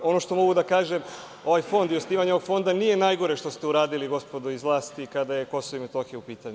Ono što mogu da kažem, ovaj fond i osnivanje ovog fonda nije najgore što ste uradili, gospodo iz vlasti kada je Kosovo i Metohija u pitanju.